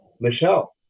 Michelle